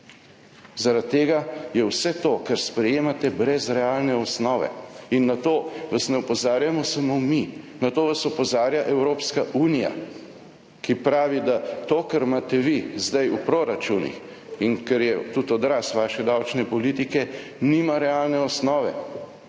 Zaradi tega je vse to, kar sprejemate, brez realne osnove in na to vas ne opozarjamo samo mi, na to vas opozarja Evropska unija, ki pravi, da to, kar imate vi zdaj v proračunih in ker je tudi odraz vaše davčne politike, nima realne osnove,